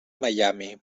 miami